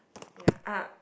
ya ah